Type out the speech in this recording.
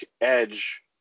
Edge